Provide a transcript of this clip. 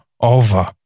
over